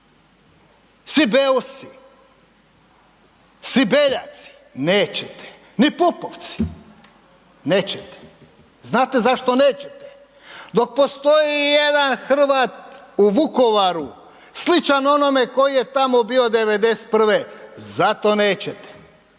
svi beljaci, nećete ni pupovci nećete. Znate zašto nećete? Dok postoji ijedan Hrvat u Vukovaru sličan onome koji je tamo bio '91. zato nećete.